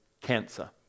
cancer